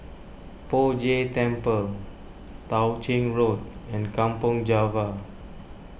Poh Jay Temple Tao Ching Road and Kampong Java